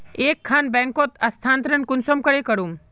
एक खान बैंकोत स्थानंतरण कुंसम करे करूम?